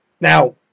Now